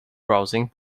browsing